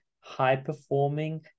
high-performing